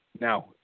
Now